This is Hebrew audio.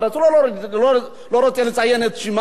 לא רוצה לציין את שמה,